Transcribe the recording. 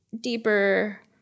deeper